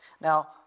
Now